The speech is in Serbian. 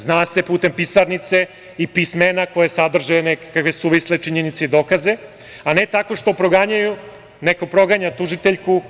Zna se – putem pisarnice i pismena koja sadrže nekakve suvisle činjenice i dokaze, a ne tako što proganjaju tužiteljku.